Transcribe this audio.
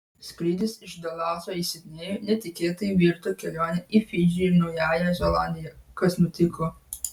skrydis iš dalaso į sidnėjų netikėtai virto kelione į fidžį ir naująją zelandiją kas nutiko